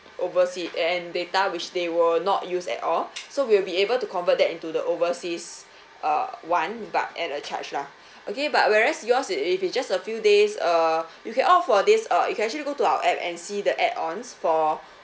oversea a~ and data which they will not use at all so we'll be able to convert that into the overseas uh one but at a charge lah okay but whereas yours if if it's just a few days uh you get opt for this uh you can actually go to our app and see the add-ons for